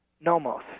Nomos